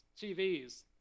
TVs